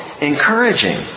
encouraging